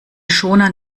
schoner